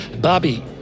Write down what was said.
Bobby